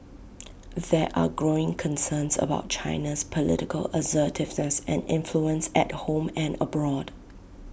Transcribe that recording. there are growing concerns about China's political assertiveness and influence at home and abroad